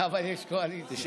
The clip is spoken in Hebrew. אבל יש קואליציה.